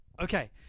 Okay